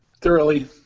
Thoroughly